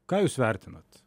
ką jūs vertinat